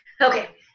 Okay